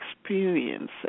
experiences